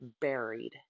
Buried